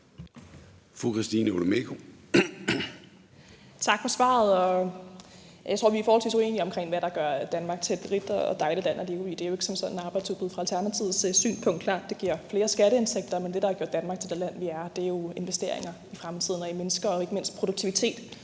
Jeg tror, vi er forholdsvis uenige om, hvad der gør Danmark til et rigt og dejligt land at leve i. Det er jo fra Alternativets synspunkt ikke som sådan arbejdsudbuddet. Det er klart, at det giver flere skatteindtægter, men det, der har gjort Danmark til det land, vi er, er jo investeringer i fremtiden, i mennesker og ikke mindst i produktivitet,